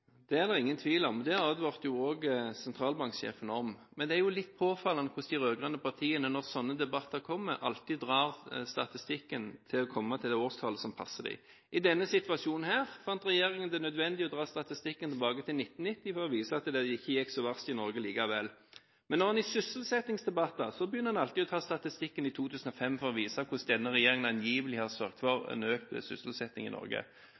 Det er det ingen tvil om. Det advarte også sentralbanksjefen om. Men det er litt påfallende hvordan de rød-grønne partiene når sånne debatter kommer, alltid drar statistikken sånn at den kommer til det årstallet som passer dem. I denne situasjonen fant regjeringen det nødvendig å dra statistikken tilbake til 1990 for å vise at det ikke gikk så verst i Norge likevel. Men når en er i sysselsettingsdebatter, begynner en alltid med statistikken fra 2005 for å vise hvordan denne regjeringen angivelig har sørget for økt sysselsetting i Norge,